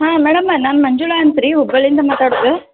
ಹಾಂ ಮೇಡಮ್ ನಾನು ಮಂಜುಳ ಅಂತ ರೀ ಹುಬ್ಬಳ್ಳಿಯಿಂದ ಮಾತಾಡೋದು